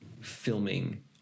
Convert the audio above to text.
filming